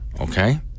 Okay